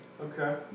Okay